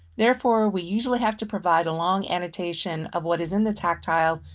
therefore, we usually have to provide a long annotation of what is in the tactile,